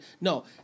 no